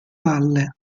valle